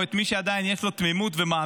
או את מי שעדיין יש לו תמימות ומאמין: